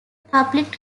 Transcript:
public